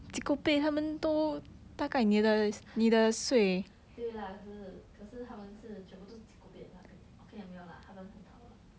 对 lah 可是可是他们是全部都 cheekopek lah 跟你讲 okay lah 没有 lah 他们很好 lah